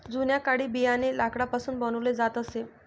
जुन्या काळी बियाणे लाकडापासून बनवले जात असे